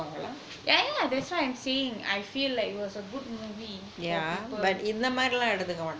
yeah yeah that's what I'm saying I feel like it was a good movie for people